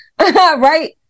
Right